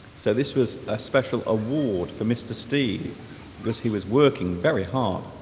so this was a special award for mr. steve because he was working very hard